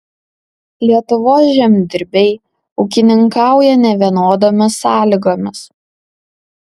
lietuvos žemdirbiai ūkininkauja nevienodomis sąlygomis